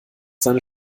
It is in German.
seine